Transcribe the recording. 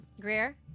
Greer